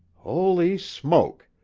holy smoke!